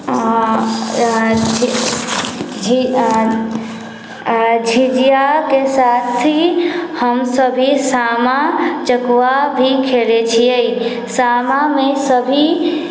झिझियाके साथ ही हमसब सामा चकबा भी खेलै छिए सामामे सभी